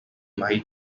marie